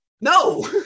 No